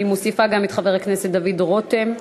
אני מוסיפה את חבר הכנסת דוד רותם,